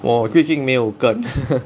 我最近没有跟